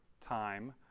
time